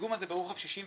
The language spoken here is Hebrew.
הפיגום הזה ברוחב 67 ס"מ.